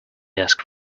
asked